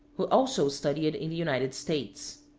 who also studied in the united states.